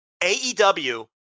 AEW